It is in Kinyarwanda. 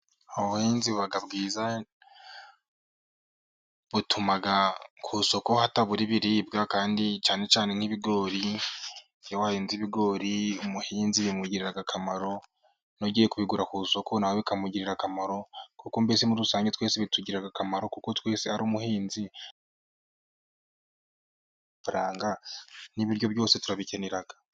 Ubuhinzi buba bwiza , butuma ku isoko hatabura ibiribwa kandi cyane cyane nk'ibigori wahinze, ibigori umuhinzi bimugirira akamaro nugiyeye kubigura ku isoko nawe bikamugirira akamaro, kuko mbese muri rusange twese bitugirira akamaro , kuko twese ari umuhinzi faranga n'ibiryo byose turabikenera.